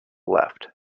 left